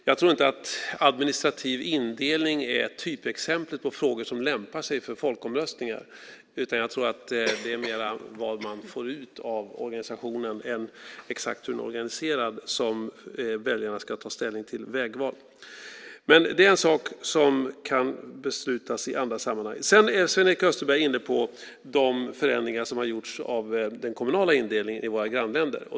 Jag tror inte att administrativ indelning är typexemplet på frågor som lämpar sig för folkomröstningar, utan jag tror att det är mer vad man får ut av organisationen än exakt hur den är organiserad som väljarna ska ta ställning till. Men det är en sak som kan beslutas om i andra sammanhang. Sedan är Sven-Erik Österberg inne på de förändringar som har gjorts av den kommunala indelningen i våra grannländer.